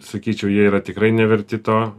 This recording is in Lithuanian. sakyčiau jie yra tikrai neverti to